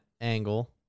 angle